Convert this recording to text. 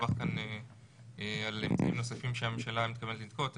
דווח כאן על מקרים נוספים שהממשלה מתכוונת לנקוט.